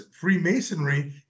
Freemasonry